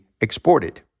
exported